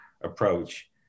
approach